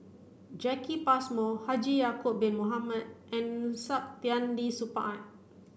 Jacki Passmore Haji Ya'acob bin Mohamed and Saktiandi Supaat